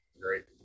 great